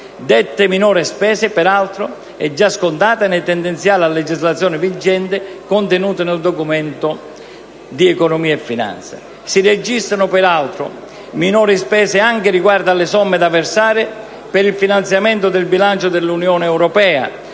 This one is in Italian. Detta minore spesa, peraltro, è già scontata nei tendenziali a legislazione vigente contenuti nel Documento di economia e finanza. Si registrano, peraltro, minori spese anche riguardo alle somme da versare per il finanziamento del bilancio dell'Unione europea,